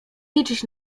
liczyć